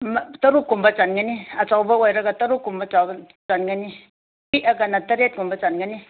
ꯇꯔꯨꯛ ꯀꯨꯝꯕ ꯆꯟꯒꯅꯤ ꯑꯆꯧꯕ ꯑꯣꯏꯔꯒ ꯇꯔꯨꯛ ꯀꯨꯝꯕ ꯆꯟꯒꯅꯤ ꯄꯤꯛꯑꯒꯅ ꯇꯔꯦꯠ ꯀꯨꯝꯕ ꯆꯟꯒꯅꯤ